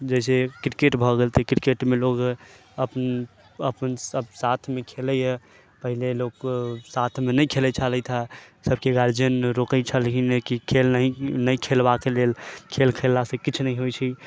जैसे क्रिकेट भऽ गेल तऽ क्रिकेटमे लोग अपन अपन सब साथमे खेलैए पहिले लोक साथमे नहि खेलै छलथि हँ सबके गार्जियन रोकै छलखिन की खेल नहि ने खेलबाके लेल खेल खेललासँ किछु नहि होइ छै